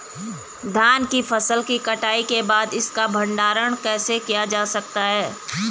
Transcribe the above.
धान की फसल की कटाई के बाद इसका भंडारण कैसे किया जा सकता है?